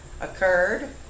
occurred